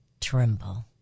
tremble